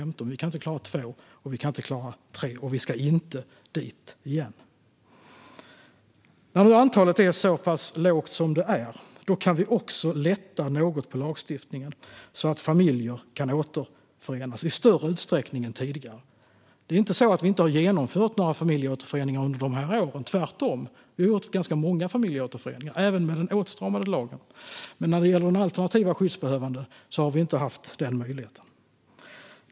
Men vi kan inte klara två och inte klara tre, och vi ska inte dit igen. När nu antalet är så pass lågt som det är kan vi också lätta något på lagstiftningen så att familjer kan återförenas i större utsträckning än tidigare. Det är inte så att vi inte har genomfört några familjeåterföreningar under de här åren. Tvärtom har vi haft ganska många familjeåterföreningar, även med den åtstramande lagen. Men när det gäller alternativa skyddsbehövande har vi inte haft den möjligheten.